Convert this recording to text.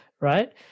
Right